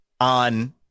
on